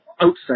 outside